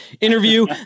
interview